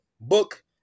Book